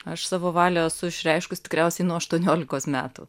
aš savo valią esu išreiškus tikriausiai nuo aštuoniolikos metų